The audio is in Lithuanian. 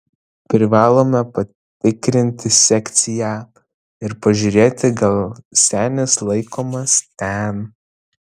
privalome patikrinti sekciją ir pažiūrėti gal senis laikomas ten